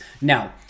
Now